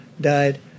died